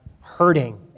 hurting